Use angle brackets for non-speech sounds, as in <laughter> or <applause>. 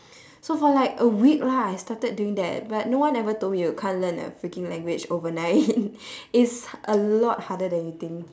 so for like a week right I started doing that but no one ever told me you can't learn a freaking language overnight <laughs> it's a lot harder than you think